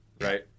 right